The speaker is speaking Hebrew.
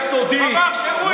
אבל הייתה חקירת משטרה יסודית.